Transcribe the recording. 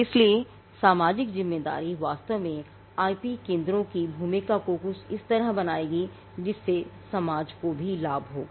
इसलिए सामाजिक जिम्मेदारी वास्तव में आईपी केंद्रों की भूमिका को कुछ इस तरह बनाएगी जिससे समाज को भी लाभ होगा